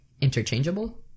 interchangeable